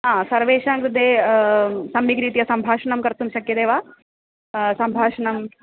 सर्वेषां कृते सम्यक् रीत्या सम्भाषणं कर्तुं शक्यते वा सम्भाषणं